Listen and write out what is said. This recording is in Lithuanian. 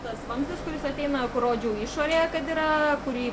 tas vamzdis kuris ateina kur rodžiau išorėje kad yra kurį